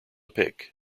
pick